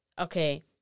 okay